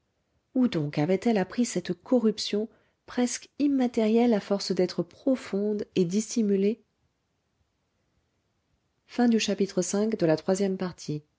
où donc avait-elle appris cette corruption presque immatérielle à force d'être profonde et dissimulée